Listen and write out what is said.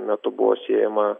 metu buvo siejama